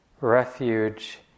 refuge